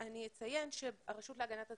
אני אציין שהרשות להגנת הצרכן,